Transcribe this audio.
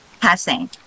passing